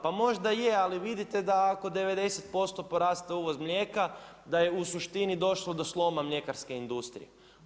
Pa možda je ali vidite ako 90% poraste uvoz mlijeka da je u suštini došlo do sloma mljekarske industrije.